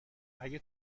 اگه